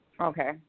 Okay